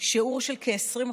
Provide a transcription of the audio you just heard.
שיעור אבטלה של כ-20%.